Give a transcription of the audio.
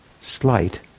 slight